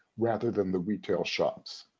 rather than the retail shops.